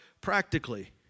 practically